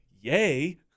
Yay